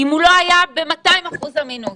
אם הוא לא היה ב-200% אמינות.